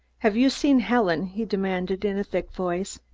have you seen helen? he demanded in a thick voice.